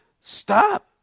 stop